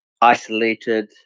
isolated